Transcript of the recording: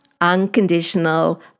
unconditional